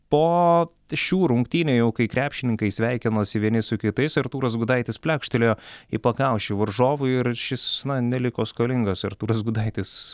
po šių rungtynių jau kai krepšininkai sveikinosi vieni su kitais artūras gudaitis pliaukštelėjo į pakaušį varžovui ir šis na neliko skolingas artūras gudaitis